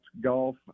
golf